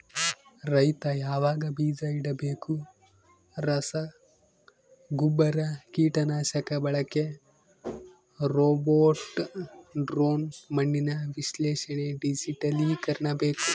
ರೈತ ಯಾವಾಗ ಬೀಜ ಇಡಬೇಕು ರಸಗುಬ್ಬರ ಕೀಟನಾಶಕ ಬಳಕೆ ರೋಬೋಟ್ ಡ್ರೋನ್ ಮಣ್ಣಿನ ವಿಶ್ಲೇಷಣೆ ಡಿಜಿಟಲೀಕರಣ ಬೇಕು